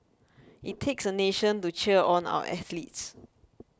it takes a nation to cheer on our athletes